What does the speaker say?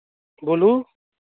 बोलू